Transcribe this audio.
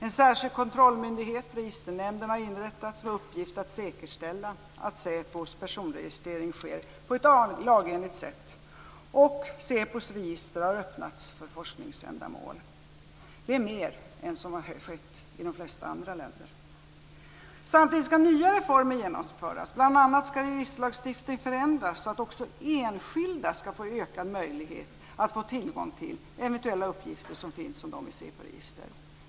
En särskild kontrollmyndighet, Registernämnden, har inrättats med uppgift att säkerställa att SÄPO:s personregistrering sker på ett lagenligt sätt. SÄPO:s register har öppnats för forskningsändamål. Det är mer än vad som har skett i de flesta andra länder. Samtidigt skall nya reformer genomföras. Bl.a. skall registerlagstiftningen förändras så att också enskilda skall få ökad möjlighet att få tillgång till eventuella uppgifter som finns om dem i SÄPO register.